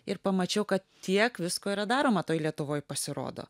ir pamačiau kad tiek visko yra daroma toj lietuvoj pasirodo